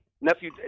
Nephew